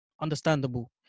Understandable